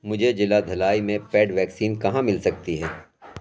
مجھے ضلع دھلائی میں پیڈ ویکسین کہاں مل سکتی ہے